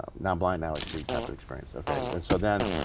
not blind now i see type of experience. okay so then.